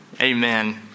Amen